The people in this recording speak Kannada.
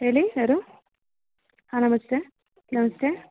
ಹೇಳಿ ಯಾರು ಹಾಂ ನಮಸ್ತೆ ನಮಸ್ತೆ